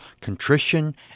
contrition